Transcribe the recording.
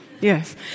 Yes